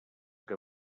que